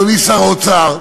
אדוני שר האוצר,